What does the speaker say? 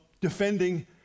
defending